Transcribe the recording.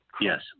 yes